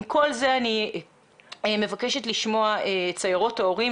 עם כל זה, אני מבקשת לשמוע את סיירות ההורים.